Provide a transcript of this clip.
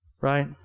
Right